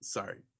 Sorry